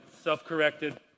self-corrected